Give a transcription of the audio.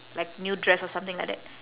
like new dress or something like that